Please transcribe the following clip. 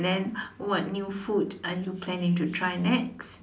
and then what new food are you planning to try next